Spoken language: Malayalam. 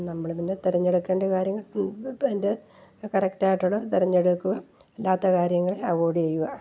നമ്മൾ പിന്നെ തിരഞ്ഞെടുക്കേണ്ടിയ കാര്യങ്ങൾ ൻ ഇപ്പം എൻ്റെ കറക്റ്റ് ആയിട്ടുള്ളത് തിരഞ്ഞെടുക്കുക അല്ലാത്ത കാര്യങ്ങളെ അവോയ്ഡ് ചെയ്യുക